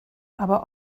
aber